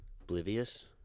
Oblivious